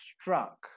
struck